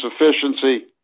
efficiency